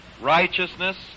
righteousness